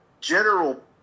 general